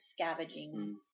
scavenging